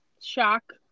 shock